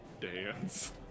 Dance